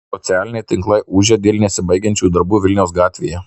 socialiniai tinklai ūžia dėl nesibaigiančių darbų vilniaus gatvėje